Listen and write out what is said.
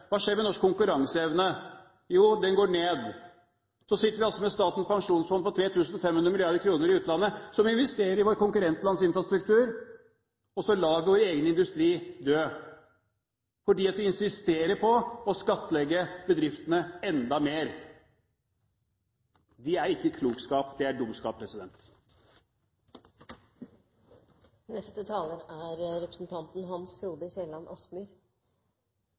Hva skjer med norsk konkurranseevne? Jo, den går ned. Så sitter vi altså med Statens pensjonsfond på 3 500 mrd. kr i utlandet som vi investerer i våre konkurrentlands infrastruktur, og så lar vi vår egen industri dø, fordi vi insisterer på å skattlegge bedriftene enda mer. Det er ikke klokskap, det er dumskap. Mitt engasjement i denne debatten knytter seg selvfølgelig til at jeg er